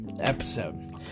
episode